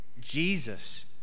Jesus